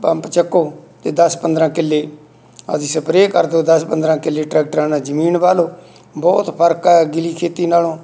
pump ਚੁੱਕੋ ਅਤੇ ਦਸ ਪੰਦਰ੍ਹਾਂ ਕਿੱਲੇ ਅਸੀਂ ਸਪਰੇ ਕਰ ਦਿਉ ਦਸ ਪੰਦਰ੍ਹਾਂ ਕਿੱਲੇ ਟਰੈਕਟਰਾਂ ਨਾਲ ਜ਼ਮੀਨ ਵਾਹ ਲਓ ਬਹੁਤ ਫਰਕ ਹੈ ਗਿੱਲੀ ਖੇਤੀ ਨਾਲੋਂ